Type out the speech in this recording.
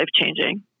life-changing